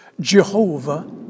Jehovah